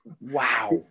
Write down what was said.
Wow